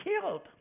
killed